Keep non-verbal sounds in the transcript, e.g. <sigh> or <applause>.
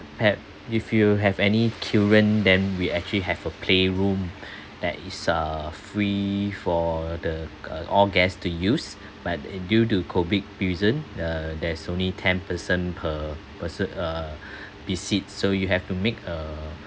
perhaps if you have any children then we actually have a playroom <breath> that is uh free for the uh all guests to use but uh due to COVID reason uh there's only ten person per person uh <breath> visit so you have to make a